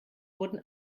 wurden